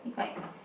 he's like